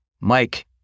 Mike